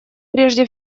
прежде